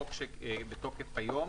בחוק שבתוקף היום,